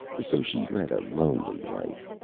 so she led a lonely life,